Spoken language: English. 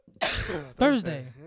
Thursday